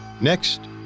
Next